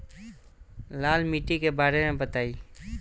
लाल माटी के बारे में बताई